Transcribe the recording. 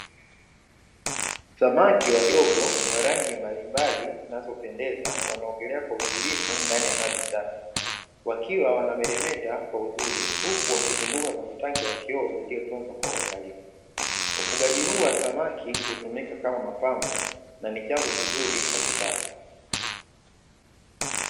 Samaki wadogo wa rangi mbalimbali zinazopendeza wanaogolea kwa utulivu ndani ya maji safi, wakiwa wanameremeta kwa uzuri huku wakizunguka kwenye tanki la vioo lilitunzwa kwa uangalifu, ufugaji huu wa samaki hutumika kama mapambo na nichanzo kizuri cha kipato.